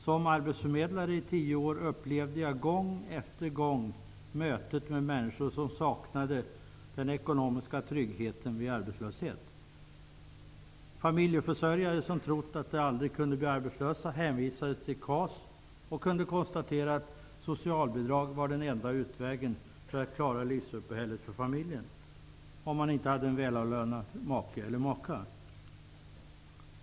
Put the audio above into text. Som arbetsförmedlare i tio år upplevde jag gång efter gång möten med människor som saknade den ekonomiska tryggheten vid arbetslöshet. Familjeförsörjare, som hade trott att de aldrig kunde bli arbetslösa, hänvisades till KAS och kunde konstatera att socialbidrag var den enda utvägen för att klara livsuppehället för familjen -- om man inte hade en välavlönad make eller maka.